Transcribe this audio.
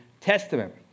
Testament